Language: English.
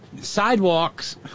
sidewalks